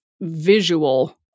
visual